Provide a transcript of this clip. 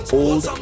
old